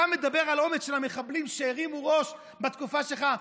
אתה מדבר על אומץ של המחבלים שהרימו ראש בתקופה שלך,